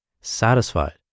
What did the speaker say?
satisfied